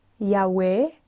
Yahweh